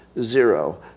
zero